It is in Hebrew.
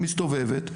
מסתובבת,